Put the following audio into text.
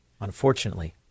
unfortunately